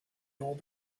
old